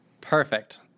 Perfect